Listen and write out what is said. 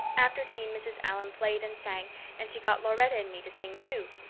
after tea mrs. allan played and sang and she got lauretta and me to sing too.